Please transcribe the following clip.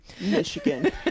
Michigan